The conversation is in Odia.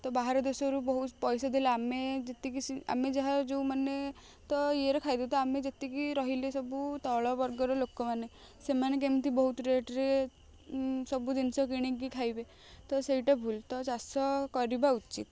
ତ ବାହାର ଦେଶରୁ ବହୁତ ପଇସା ଦେଲେ ଆମେ ଯେତିକି ଆମେ ଯାହା ଯେଉଁମାନେ ତ ଇଏରେ ଖାଇଦେବୁ ତ ଆମେ ଯେତିକି ରହିଲେ ସବୁ ତଳ ବର୍ଗର ଲୋକମାନେ ସେମାନେ କେମିତି ବହୁତ ରେଟ୍ରେ ସବୁ ଜିନିଷ କିଣିକି ଖାଇବେ ତ ସେଇଟା ଭୁଲ ତ ଚାଷ କରିବା ଉଚିତ